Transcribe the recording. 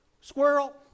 Squirrel